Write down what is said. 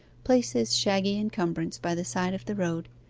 place his shaggy encumbrance by the side of the road,